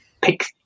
pick